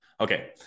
Okay